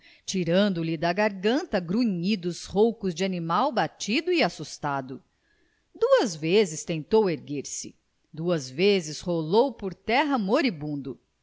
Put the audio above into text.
recresciam tirando lhe da garganta grunhidos roucos de animal batido e assustado duas vezes tentou erguer-se duas vezes rolou por terra moribundo